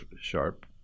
sharp